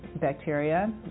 bacteria